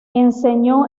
enseñó